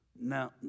Now